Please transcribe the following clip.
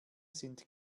sind